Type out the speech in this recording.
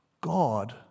God